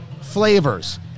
flavors